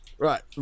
Right